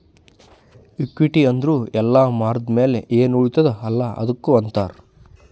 equity ಅಂದುರ್ ಎಲ್ಲಾ ಮಾರ್ದ ಮ್ಯಾಲ್ನು ಎನ್ ಉಳಿತ್ತುದ ಅಲ್ಲಾ ಅದ್ದುಕ್ ಅಂತಾರ್